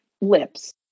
lips